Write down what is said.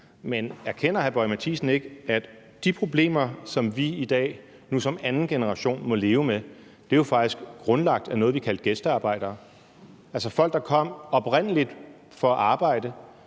Men erkender hr. Lars Boje Mathiesen ikke, at de problemer, som vi i dag nu som anden generation må leve med, faktisk er grundlagt med dem, som vi kaldte gæstearbejdere? Det er altså folk, der oprindelig kom for at arbejde,